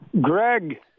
Greg